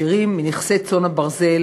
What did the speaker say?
שירים מנכסי צאן הברזל